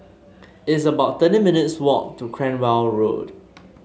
it's about thirteen minutes' walk to Cranwell Road